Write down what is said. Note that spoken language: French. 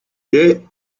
dès